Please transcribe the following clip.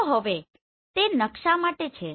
તો હવે તે નકશા માટે છે